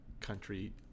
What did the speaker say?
country